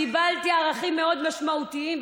קיבלתי ערכים מאוד משמעותיים,